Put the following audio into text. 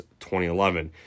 2011